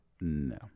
No